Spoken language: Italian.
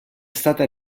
stata